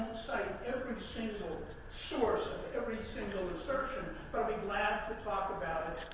say every single source of every single assertion. but i'll be glad to talk about it